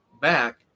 back